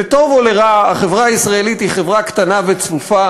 לטוב או לרע החברה הישראלית היא חברה קטנה וצפופה.